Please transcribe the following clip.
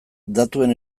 datuen